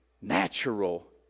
natural